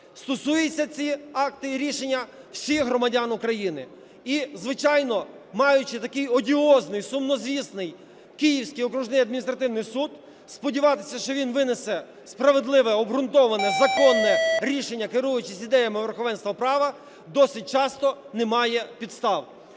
стосуються ці акти і рішення всіх громадян України. І звичайно, маючи такий одіозний сумнозвісний Київський окружний адміністративний суд, сподіватися, що він винесе справедливе обґрунтоване законне рішення, керуючись ідеями верховенства права, досить часто немає підстав.